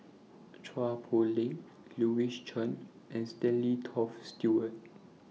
Chua Poh Leng Louis Chen and Stanley Toft Stewart